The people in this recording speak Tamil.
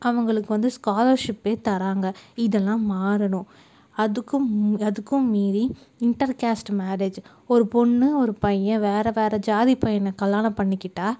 அவங்களுக்கு வந்து ஸ்காலர்ஷிப் தராங்க இதெலாம் மாறணும் அதுக்கும் அதுக்கும் மீறி இண்டெர் கேஸ்ட் மேரேஜி ஒரு பொண்ணு ஒரு பையன் வேறு வேறு ஜாதி பையனை கல்யாணம் பண்ணிக்கிட்டால்